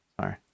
Sorry